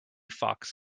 fox